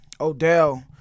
Odell